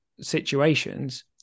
situations